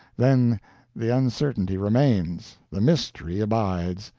then the uncertainty remains, the mystery abides,